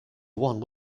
one